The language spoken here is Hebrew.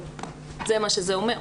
זה מה שזה אומר.